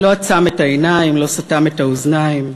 לא עצם את העיניים, לא סתם את האוזניים.